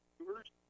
tours